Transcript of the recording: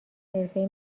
حرفه